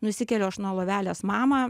nusikeliu aš nuo lovelės mamą